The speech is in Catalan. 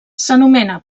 s’anomena